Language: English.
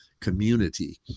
community